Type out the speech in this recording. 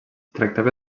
tractava